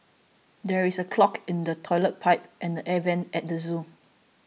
there is a clog in the Toilet Pipe and the Air Vents at the zoo